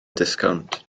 disgownt